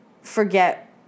forget